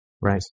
Right